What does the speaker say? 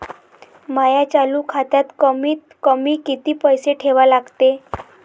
माया चालू खात्यात कमीत कमी किती पैसे ठेवा लागते?